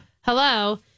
Hello